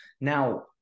Now